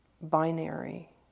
binary